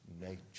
nature